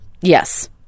Yes